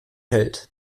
hält